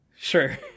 sure